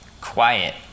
quiet